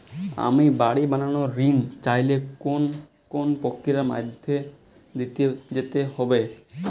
আমি বাড়ি বানানোর ঋণ চাইলে কোন কোন প্রক্রিয়ার মধ্যে দিয়ে যেতে হবে?